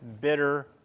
bitter